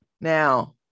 Now